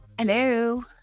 Hello